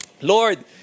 Lord